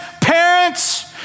parents